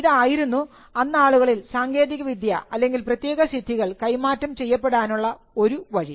ഇതായിരുന്നു അന്നാളുകളിൽ സാങ്കേതികവിദ്യ അല്ലെങ്കിൽ പ്രത്യേക സിദ്ധികൾ കൈമാറ്റം ചെയ്യപ്പെടാനുള്ള ഒരു വഴി